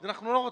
אנחנו לא רוצים.